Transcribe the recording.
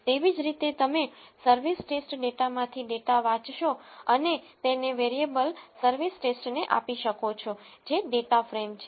તેવી જ રીતે તમે સર્વિસ ટેસ્ટ ડેટામાંથી ડેટા વાંચશો અને તેને વેરિયેબલ સર્વિસ ટેસ્ટને આપી શકો છો જે ડેટા ફ્રેમ છે